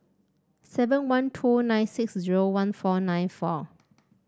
seven one two nine six zero one four nine four